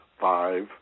five